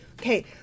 Okay